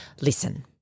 Listen